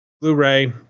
Blu-ray